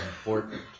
important